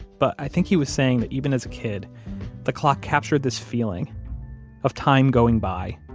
but i think he was saying that even as a kid the clock captured this feeling of time going by,